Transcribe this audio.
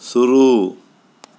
शुरू